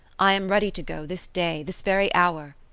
i am ready to go this day, this very hour,